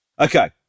Okay